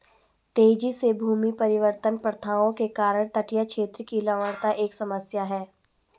तेजी से भूमि परिवर्तन प्रथाओं के कारण तटीय क्षेत्र की लवणता एक समस्या है